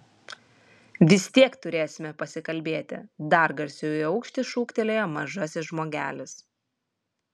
vis tiek turėsime pasikalbėti dar garsiau į aukštį šūktelėjo mažasis žmogelis